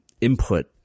input